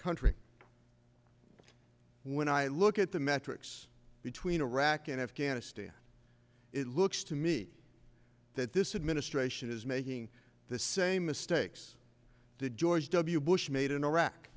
country when i look at the metrics between iraq and afghanistan it looks to me that this administration is making the same mistakes did george w bush made in iraq